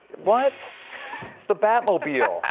what the battle appeal.